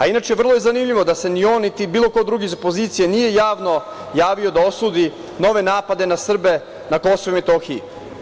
Inače, vrlo je zanimljivo da se ni on niti bilo ko drugi iz opozicije nije javno javio da osudi nove napade na Srbe na Kosovu i Metohiji.